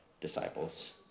disciples